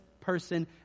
person